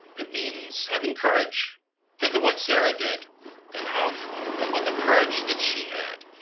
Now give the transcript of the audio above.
it means having courage think of what sarah did and how ah the courage that she had.